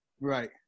Right